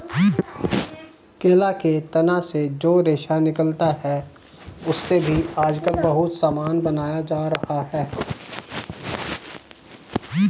केला के तना से जो रेशा निकलता है, उससे भी आजकल बहुत सामान बनाया जा रहा है